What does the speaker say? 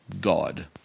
God